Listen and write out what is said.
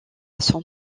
son